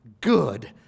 good